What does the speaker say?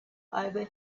over